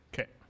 Okay